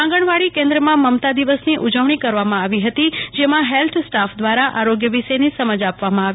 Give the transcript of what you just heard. આંગણવાડી કેન્દ્રમા મમતા દિવસની ઉજવણી કરવામાં આવી હતી જેમાં હેલ્થ સ્ટાફ દ્વારા આરોગ્ય વિશેની સમજ આપવામાં આવી